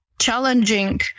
challenging